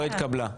לא התקבלה.